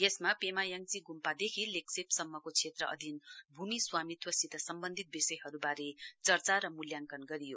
यसमा पेमायाङसी गुम्पादेखि लेग्सेपसम्मको क्षेत्र अधिन भूमि स्वामीत्वसित सम्बन्धित विषयहरुबारे चर्चा र मूल्याङ्कन गरियो